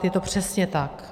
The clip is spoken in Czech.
Je to přesně tak.